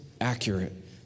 accurate